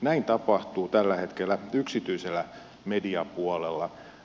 näin tapahtuu tällä hetkellä yksityisellä mediapuolella